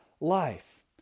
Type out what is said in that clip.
life